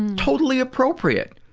totally appropriate